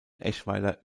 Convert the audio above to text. eschweiler